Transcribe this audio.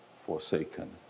forsaken